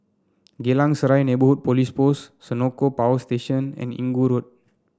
Geylang Serai Neighbourhood Police Post Senoko Power Station and Inggu Road